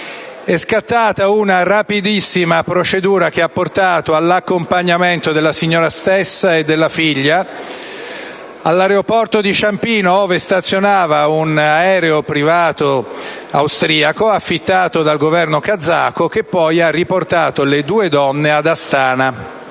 è scattata una rapidissima procedura che ha portato all'accompagnamento della signora stessa e della figlia all'aeroporto di Ciampino, ove stazionava un aereo privato austriaco, affittato dal Governo kazako, che ha riportato le due donne ad Astana.